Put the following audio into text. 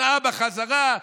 שעה בחזרה,